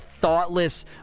thoughtless